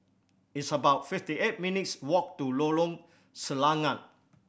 it's about fifty eight minutes' walk to Lorong Selangat